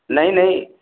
नहीं नहीं